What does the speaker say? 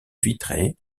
vitré